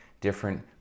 different